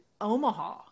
Omaha